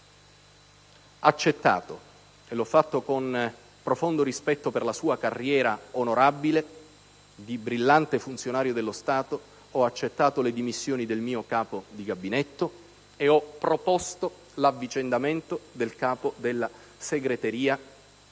accettato - e l'ho fatto con profondo rispetto per la sua carriera onorabile di brillante funzionario dello Stato - le dimissioni del mio Capo di Gabinetto ed ho proposto l'avvicendamento del capo della segreteria